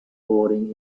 boarding